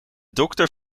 dokter